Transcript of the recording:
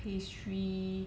pastry